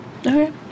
Okay